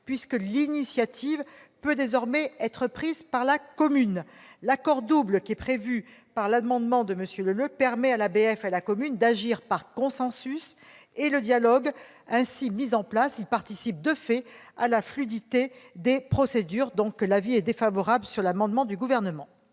puisque l'initiative peut désormais être prise par la commune. L'accord double qui est prévu par les deux amendements identiques précédents permet à l'ABF et à la commune d'agir par consensus et le dialogue ainsi mis en place participe de fait à la fluidité des procédures. Donc, l'avis est défavorable. Quel est l'avis du Gouvernement